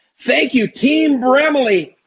thank you team bremily,